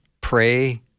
pray